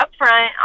upfront